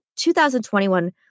2021